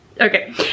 okay